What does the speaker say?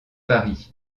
paris